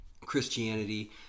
Christianity